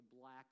black